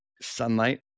sunlight